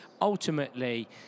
ultimately